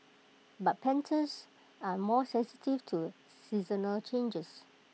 but pandas are more sensitive to seasonal changes